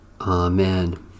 Amen